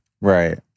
Right